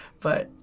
but